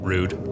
Rude